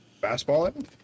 Fastball